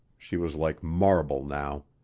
she was like marble now.